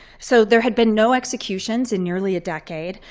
so there had been no executions in nearly a decade.